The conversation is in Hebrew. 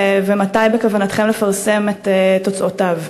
מתי בכוונתכם לפרסם את תוצאותיו?